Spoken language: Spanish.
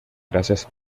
gracias